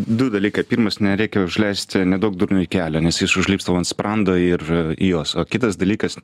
du dalykai pirmas nereikia užleisti neduok durniui kelią nes jis užlips tau ant sprando ir jos o kitas dalykas